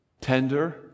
Tender